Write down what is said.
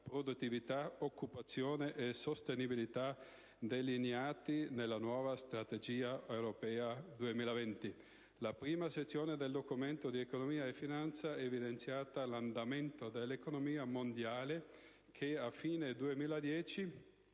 produttività, occupazione e sostenibilità delineati nella nuova Strategia Europea 2020. La prima sezione del Documento di economia e finanza evidenzia l'andamento dell'economia mondiale, che a fine 2010